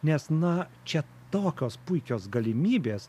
nes na čia tokios puikios galimybės